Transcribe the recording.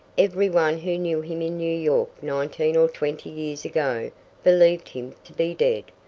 every one who knew him in new york nineteen or twenty years ago believed him to be dead.